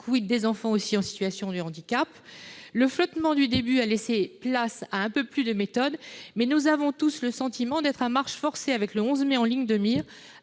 des enfants en situation de handicap ? Le flottement du début a laissé place à un peu plus de méthode, mais nous avons tous le sentiment d'avancer à marche forcée, avec le 11 mai en ligne de mire.